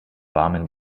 warmen